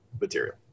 material